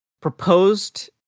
proposed